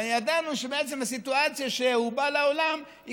וידענו שבעצם הסיטואציה שבה הוא בא לעולם היא